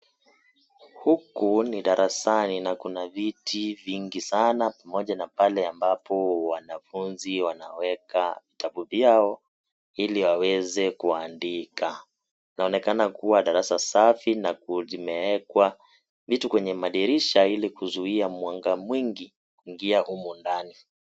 Huku ni darasani na kuna viti vingi Sana pamoja na pale ambapo wanafunzi wanaweka kabuti yao ili aweze kuandika . Inaonekana kuwa darasa safi na vimeekwa vitu Kwa madirisha ili kuzuia mwanga mwingi kuingia humu ndani.